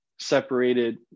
separated